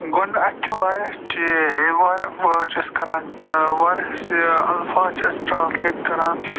اَسہِ چھِ وارِیاہ یہِ وارِیاہ وٲڈ چھِ أسۍ کَران وارِیاہ چھِ یہِ الفاظ چھِ أسۍ ٹرٛانٕسلیٹ کران